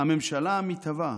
הממשלה המתהווה,